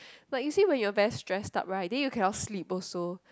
but you see when your very stress out right then you cannot sleep also